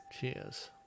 Cheers